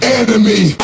enemy